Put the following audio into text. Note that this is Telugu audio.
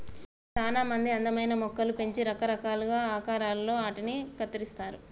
సానా మంది అందమైన మొక్కలు పెంచి రకరకాలుగా ఆకారాలలో ఆటిని కత్తిరిస్తారు